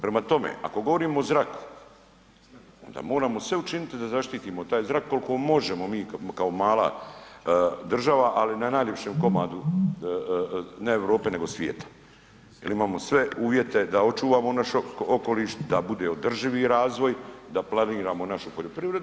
Prema tome, ako govorimo o zraku onda moramo sve učiniti da zaštitimo taj zrak koliko možemo mi kao mala država, ali na najljepšem komadu ne Europe nego svijet, jer imamo sve uvjete da očuvamo naš okoliš, da bude održivi razvoj, da planiramo našu poljoprivredu.